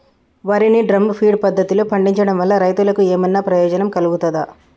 వరి ని drum feed పద్ధతిలో పండించడం వల్ల రైతులకు ఏమన్నా ప్రయోజనం కలుగుతదా?